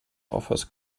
offers